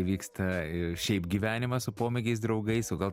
vyksta ir šiaip gyvenimas su pomėgiais draugais o gal